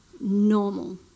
normal